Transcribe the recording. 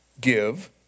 Give